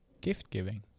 gift-giving